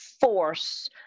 force